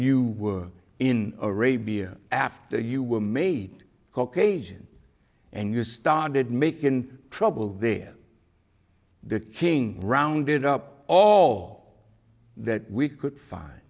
you were in arabia after you were made caucasian and you started making trouble there the king rounded up all that we could fin